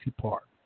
Park